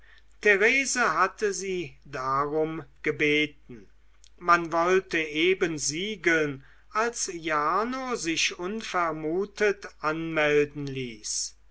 therese hatte sie darum gebeten man wollte eben siegeln als jarno sich unvermutet anmelden ließ